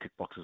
kickboxers